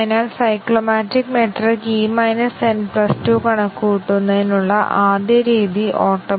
ഇപ്പോൾ നമ്മൾ A എന്ന് തെറ്റായി പിടിക്കുന്നത് ശരിയാണെന്ന് സജ്ജമാക്കുമ്പോൾ ഫലം തെറ്റാണ്